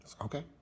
Okay